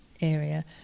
area